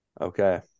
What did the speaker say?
okay